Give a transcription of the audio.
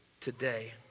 today